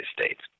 States